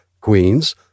queens